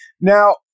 Now